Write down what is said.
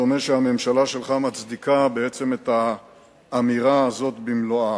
דומה שהממשלה שלך מצדיקה את האמירה הזאת במלואה.